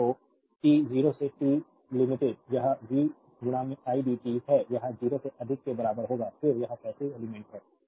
तो टी 0 से T limit यह v idt है यह 0 से अधिक के बराबर होगा फिर यह एक पैसिव एलिमेंट्स है